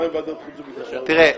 תראה,